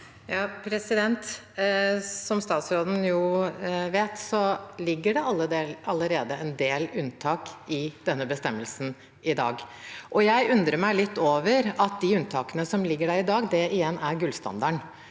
Som statsråden vet, ligger det allerede en del unntak i denne bestemmelsen i dag. Jeg undrer meg litt over at de unntakene som ligger der i dag, er gullstandarden.